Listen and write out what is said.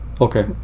Okay